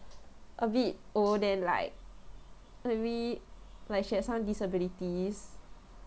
a bit old then like maybe like she has some disabilities